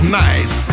nice